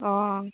ꯑꯣ